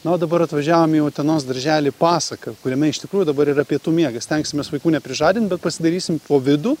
na o dabar atvažiavome į utenos darželį pasaka kuriame iš tikrųjų dabar yra pietų miegas stengsimės vaikų neprižadint bet pasidairysim po vidų